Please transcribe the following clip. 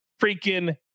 freaking